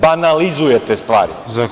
Banalizujete stvari.